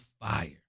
fire